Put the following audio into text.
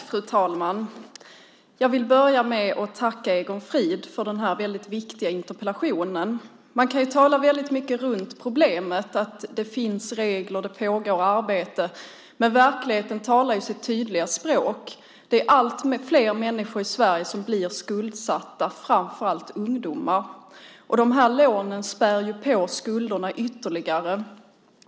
Fru talman! Jag börjar med att tacka Egon Frid för den viktiga interpellationen. Man kan tala mycket runt problemet - det finns regler och det pågår arbete. Men verkligheten talar sitt tydliga språk. Det är allt fler människor i Sverige som blir skuldsatta, framför allt ungdomar. De här lånen späder på skulderna ytterligare.